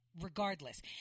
regardless